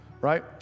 right